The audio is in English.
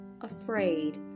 afraid